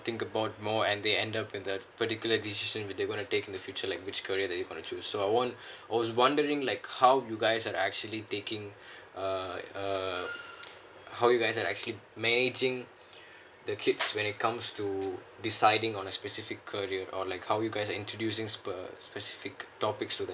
think about more and they end up in the particular decision with they will take in the future like which career they want to choose so I want I was wondering like how you guys are actually taking uh uh how you guys actually managing the kids when it comes to deciding on a specific career or like how you guys are introducing spe~ uh specific topic to them